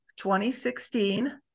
2016